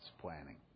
planning